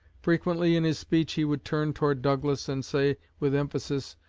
frequently in his speech he would turn toward douglas, and say with emphasis,